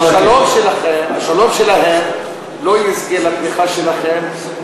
השלום שלהם לא יזכה לתמיכה שלכם,